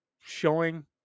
showing